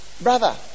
brother